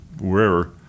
wherever